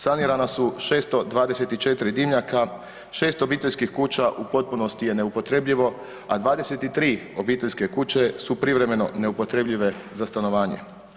Sanirana su 624 dimnjaka, 600 obiteljskih kuća u potpunosti je neupotrebljivo, a 23 obiteljske kuće su privremeno neupotrebljive za stanovanje.